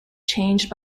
changed